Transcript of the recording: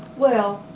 well,